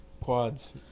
Quads